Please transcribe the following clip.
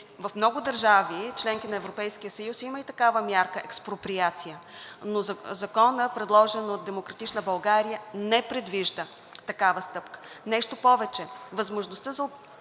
в много държави – членки на Европейския съюз, има и такава мярка – експроприация, но законът, предложен от „Демократична България“, не предвижда такава стъпка. Нещо повече, възможността за